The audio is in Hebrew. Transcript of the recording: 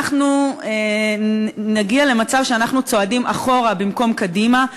אנחנו נגיע למצב שאנחנו צועדים אחורה במקום קדימה,